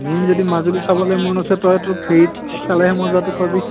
main যদি মাজুলী চাবলৈ মন আছে তইতো ফেৰীত চালেহে মজাটো পাবি